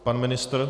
Pan ministr?